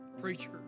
Preacher